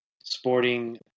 Sporting